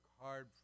hard